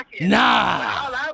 Nah